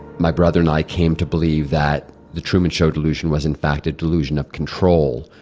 my brother and i came to believe that the truman show delusion was in fact a delusion of control,